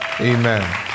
Amen